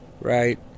right